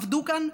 עבדו כאן,